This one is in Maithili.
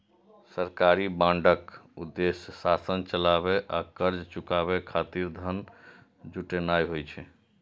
सरकारी बांडक उद्देश्य शासन चलाबै आ कर्ज चुकाबै खातिर धन जुटेनाय होइ छै